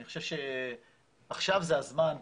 אני חושב שעכשיו זה הזמן,